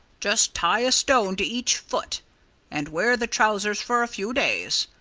just tie a stone to each foot and wear the trousers for a few days.